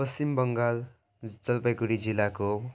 पश्चिम बङ्गाल जलपाइगडी जिल्लाको